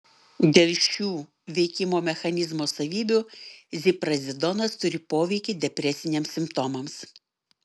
dėl šių veikimo mechanizmo savybių ziprazidonas turi poveikį depresiniams simptomams